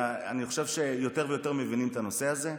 אני חושב שיותר ויותר מבינים את הנושא הזה.